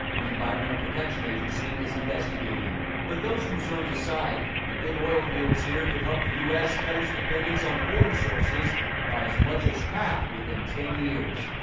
the environmental protection agency is investigating. but those concerns aside, the big oil fields here could help the us cut its dependence on foreign sources by as much as half within ten years.